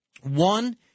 One